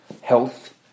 health